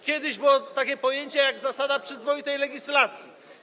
Kiedyś było takie pojęcie jak zasada przyzwoitej legislacji.